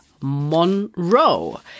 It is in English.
Monroe